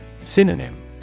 Synonym